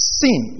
sin